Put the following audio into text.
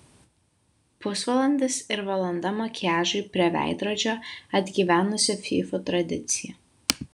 pusvalandis ir valanda makiažui prie veidrodžio atgyvenusi fyfų tradicija